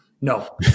No